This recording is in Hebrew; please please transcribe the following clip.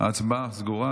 ההצבעה סגורה.